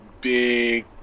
big